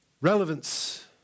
Relevance